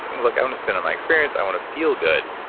and look, i want to spend on my experience. i want to feel good.